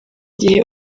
gihe